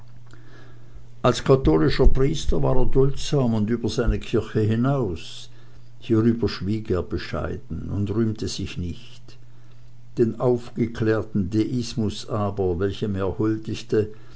als katholischer priester war er duldsam und über seine kirche hinaus hierüber schwieg er bescheiden und rühmte sich nicht den aufgeklärten deismus aber welchem er